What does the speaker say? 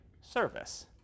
service